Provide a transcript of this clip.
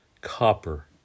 copper